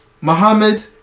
Mohammed